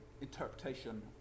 interpretation